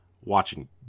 watching